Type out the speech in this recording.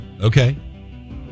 okay